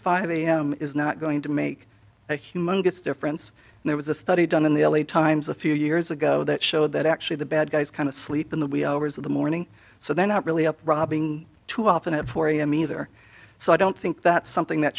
five am is not going to make a humongous difference there was a study done in the l a times a few years ago that showed that actually the bad guys kind of sleep in the wee hours of the morning so they're not really up robbing too often at four am either so i don't think that something